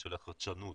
של החדשנות.